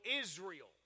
Israel